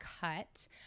cut